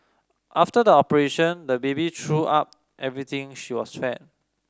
after the operation the baby threw up everything she was fed